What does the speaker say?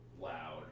loud